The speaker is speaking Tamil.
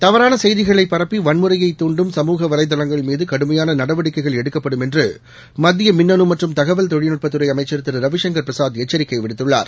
தவறானசெய்திகளைபரப்பிவன்முறையைதாண்டும் தளங்கள் சமூக வளை மீதுகடுமையானநடவடிக்கைகள் எடுக்கப்படும் என்றுமத்தியமின்னணுமற்றும் தகவல் தொழில்நுட்பத்துறைஅமைச்சர் திருரவிசங்கர் பிரசாத் எச்சரிக்கைவிடுத்துள்ளார்